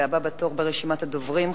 והבא בתור ברשימת הדוברים,